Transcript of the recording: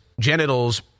genitals